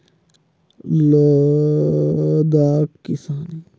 लद्दाख किसान तिहार ल सितंबर महिना में एक ले पंदरा तारीख के बीच में मनाथे